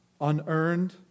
unearned